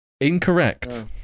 Incorrect